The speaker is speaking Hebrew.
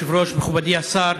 אדוני היושב-ראש, מכובדי השר,